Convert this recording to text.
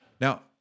Now